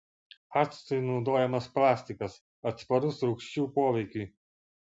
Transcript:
actui naudojamas plastikas atsparus rūgščių poveikiui